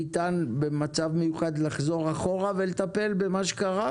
ניתן במצב מיוחד לחזור אחורה ולטפל במה שקרה?